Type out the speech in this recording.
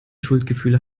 schuldgefühle